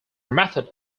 method